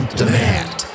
demand